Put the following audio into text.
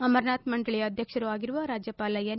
ಅಮರನಾಥ ಮಂಡಳಿಯ ಅಧ್ವಕ್ಷರೂ ಆಗಿರುವ ರಾಜ್ಯಪಾಲ ಎನ್